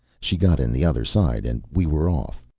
she got in the other side and we were off.